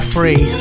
Free